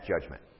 judgment